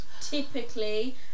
typically